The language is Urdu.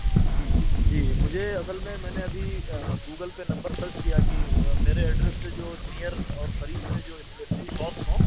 جی جی جی مجھے اصل میں میں نے ابھی گوگل پر نمبر سرچ کیا کہ میرے ایڈریس سے جو نیئر اور قریب میں جو اسٹیشنری شاپس ہوں